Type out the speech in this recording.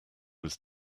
was